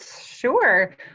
sure